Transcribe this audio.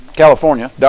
California